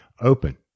open